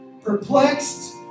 Perplexed